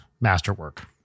masterwork